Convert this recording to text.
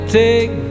take